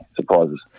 surprises